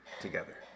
together